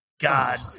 God